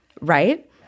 right